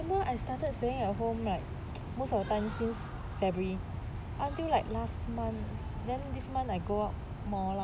I started staying at home right most of the time since february until like last month then this month I go out more lah